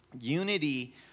Unity